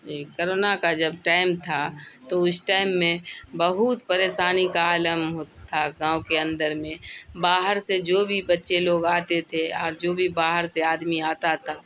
جی corona کا جب time تھا تو اس ٹائم میں بہت پریشانی کا عالم تھا گاؤں کے اندر میں باہر سے جو بھی بچے لوگ آتے تھے اور جو بھی باہر سے آدمی آتا تھا